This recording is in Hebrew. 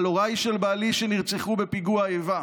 על הוריו של בעלי שנרצחו בפיגוע איבה,